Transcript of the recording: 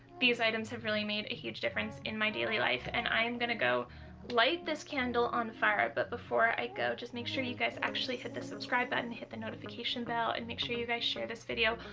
these items have really made a huge difference in my daily life and i am gonna go light this candle on the fire but before i go just make sure you guys actually hit the subscribe button, hit the notification bell, and make sure you guys share this video.